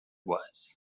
was